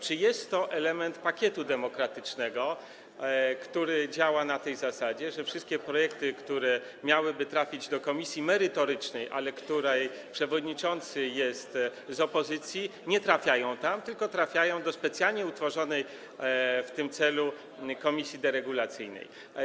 Czy jest to element pakietu demokratycznego, który działa na tej zasadzie, że wszystkie projekty, które miałyby trafić do komisji merytorycznej, ale takiej, której przewodniczący jest z opozycji, trafiają nie tam, tylko do utworzonej specjalnie w tym celu komisji deregulacyjnej?